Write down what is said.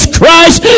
Christ